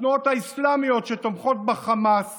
התנועות האסלאמיות שתומכות בחמאס